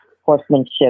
horsemanship